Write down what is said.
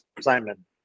Simon